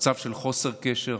במצב של חוסר קשר,